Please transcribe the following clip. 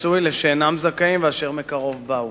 פיצוי למי שאינם זכאים ואשר מקרוב באו,